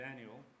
Daniel